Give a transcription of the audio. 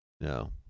No